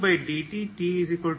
dxctdt|t0dc1xdx